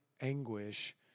anguish